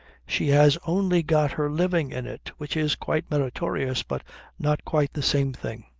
she has only got her living in it which is quite meritorious, but not quite the same thing.